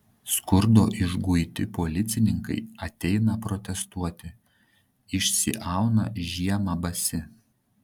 skurdo išguiti policininkai ateina protestuoti išsiauna žiemą basi